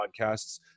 podcasts